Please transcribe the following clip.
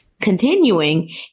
continuing